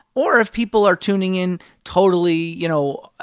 or if people are tuning in totally, you know,